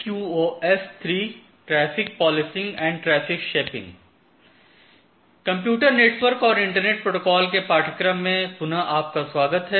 computer network और internet protocol के पाठ्यक्रम में पुनः आपका स्वागत है